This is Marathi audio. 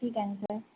ठीक आहे